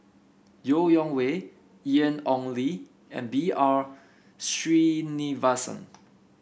Yeo Wei Wei Ian Ong Li and B R Sreenivasan